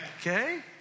Okay